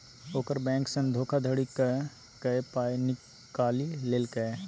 ओकर बैंकसँ धोखाधड़ी क कए पाय निकालि लेलकै